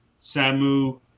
Samu